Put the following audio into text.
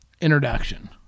introduction